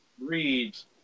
reads